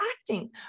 acting